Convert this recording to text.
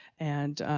and